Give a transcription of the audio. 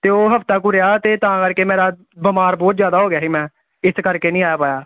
ਅਤੇ ਉਹ ਹਫ਼ਤਾ ਕੁ ਰਿਹਾ ਅਤੇ ਤਾਂ ਕਰਕੇ ਮੈਂ ਰਾਤ ਬਿਮਾਰ ਬਹੁਤ ਜ਼ਿਆਦਾ ਹੋ ਗਿਆ ਸੀ ਮੈਂ ਇਸ ਕਰਕੇ ਨਹੀਂ ਆ ਪਾਇਆ